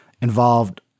involved